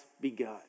begun